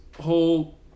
whole